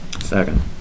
Second